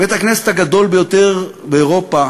בית-הכנסת הגדול ביותר באירופה